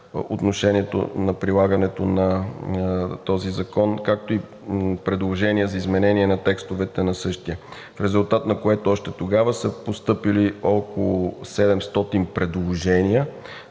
отношение на прилагането на този закон, както и предложения за изменение на текстовете на същия, в резултат на което още тогава са постъпили около 700 предложения,